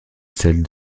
celle